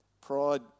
Pride